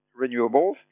renewables